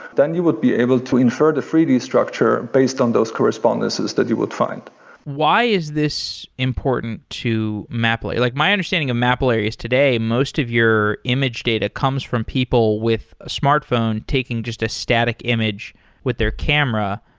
then you would be able to infer the three d structure based on those correspondences that you would find why is this important to mapillary? like my understanding of mapillary is today, most of your image data comes from people with a smartphone taking just a static image with their camera.